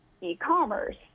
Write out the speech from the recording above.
e-commerce